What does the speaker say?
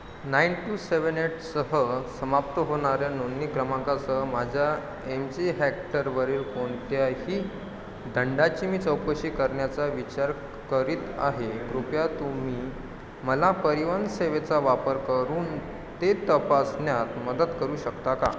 nine two seven एटसह समाप्त होणाऱ्या नोंदणी क्रमांकासह माझ्या एम जी हॅक्तरवरील कोणत्याही दंडाची मी चौकशी करण्याचा विचार करीत आहे कृपया तुम्ही मला परिवहन सेवेचा वापर करून ते तपासण्यात मदत करू शकता का